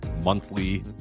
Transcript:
monthly